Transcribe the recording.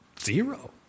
Zero